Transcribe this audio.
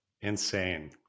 insane